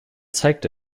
zeigte